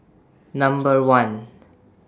Number one